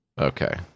Okay